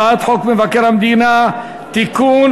הצעת חוק מבקר המדינה (תיקון,